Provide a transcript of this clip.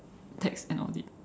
tax and audit